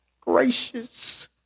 gracious